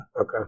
Okay